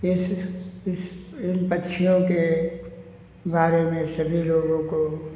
इस इस इन पक्षियों के बारे में सभी लोगों को